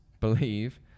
believe